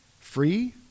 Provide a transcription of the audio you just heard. Free